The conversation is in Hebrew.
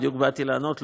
בדיוק באתי לענות לו,